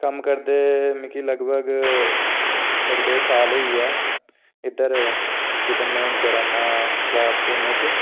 कम्म करदे मिगी लगभग इक डेढ साल होई गेआ इद्धर जिद्धर में हून करै ना